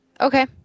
Okay